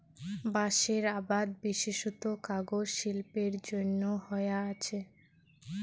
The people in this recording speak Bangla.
বাঁশের আবাদ বিশেষত কাগজ শিল্পের জইন্যে হয়া আচে